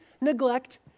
neglect